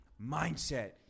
mindset